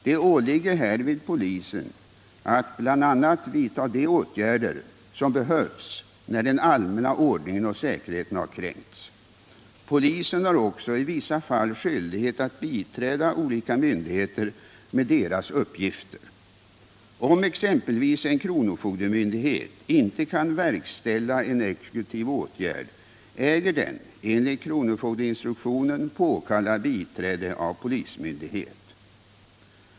Det åligger härvid polisen att bl.a. vidta de åtgärder som behövs när den allmänna ordningen och säkerheten har kränkts. Polisen har också i vissa fall skyldighet att biträda olika myndigheter med deras uppgifter. Om Om polisens förhållande till allmänheten Om polisens förhållande till allmänheten exempelvis en kronofogdemyndighet inte kan verkställa en exekutiv åtgärd äger den enligt kronofogdeinstruktionen påkalla biträde av polismyndighet.